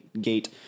gate